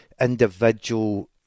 individual